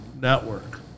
network